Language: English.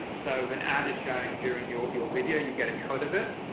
so if an ad is showing during your your video, you get a cut of it.